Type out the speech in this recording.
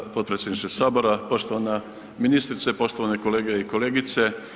Hvala potpredsjedniče Sabora, poštovana ministrice, poštovane kolege i kolegice.